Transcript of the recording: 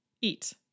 eat